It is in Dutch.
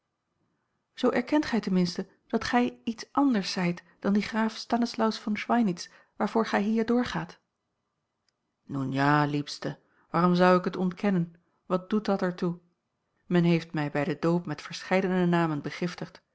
zoo erkent gij ten minste dat gij iets anders zijt dan die graaf stanislaus von schweinitz waarvoor gij hier doorgaat nun ja liebste waarom zou ik het ontkennen wat doet er dat toe men heeft mij bij den doop met verscheidene namen